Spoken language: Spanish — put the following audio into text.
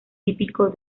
típico